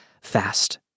Fast